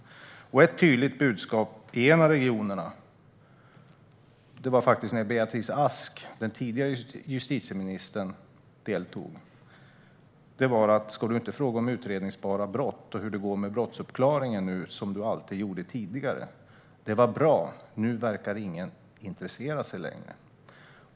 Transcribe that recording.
Det kom ett tydligt budskap från en av regionerna när den tidigare justitieministern Beatrice Ask deltog. Det var: Ska du inte fråga om utredningsbara brott och hur det går med brottsuppklaringen nu, som du alltid gjorde tidigare? Det var bra. Nu verkar ingen intressera sig längre.